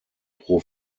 pro